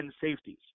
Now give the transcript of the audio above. safeties